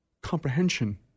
comprehension